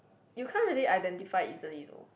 you can't really identify easily though